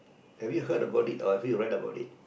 have you heard about it or have you read about it